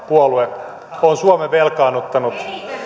puolue joka on suomen velkaannuttanut